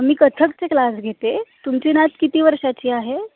मी कथ्थकचे क्लास घेते तुमची नात किती वर्षाची आहे